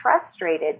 frustrated